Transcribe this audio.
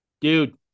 Dude